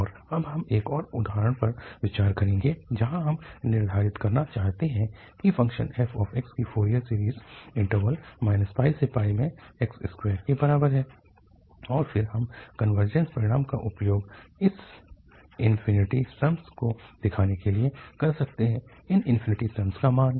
और अब हम एक और उदाहरण पर विचार करेंगे जहाँ हम निर्धारित करना चाहते हैं कि फ़ंक्शन fx की फोरियर सीरीज़ इन्टरवल में x२ के बराबर है और फिर हम कनवर्जस परिणाम का उपयोग इन इन्फिनिटी सम्स को दिखाने के लिए कर सकते हैं इन इन्फिनिटी सम्स का मान